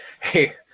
hey